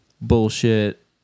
bullshit